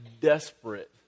desperate